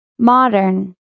Modern